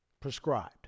prescribed